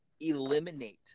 eliminate